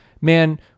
man